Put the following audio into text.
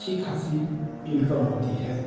अच्छी ख़ासी इनकम होती है